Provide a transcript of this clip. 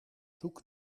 zoek